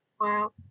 Wow